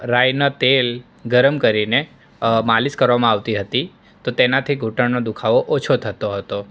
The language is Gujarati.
રાયના તેલ ગરમ કરીને માલિશ કરવામાં આવતી હતી તો તેનાથી ઘૂંટણનો દુખાવો ઓછો થતો હતો